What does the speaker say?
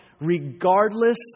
regardless